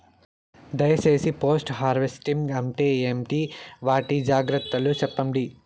దయ సేసి post harvesting అంటే ఏంటి? వాటి జాగ్రత్తలు సెప్పండి?